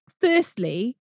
firstly